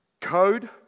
code